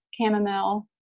chamomile